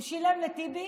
הוא שילם לטיבי,